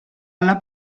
alla